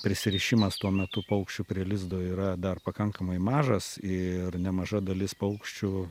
prisirišimas tuo metu paukščių prie lizdo yra dar pakankamai mažas ir nemaža dalis paukščių